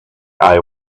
eye